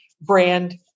brand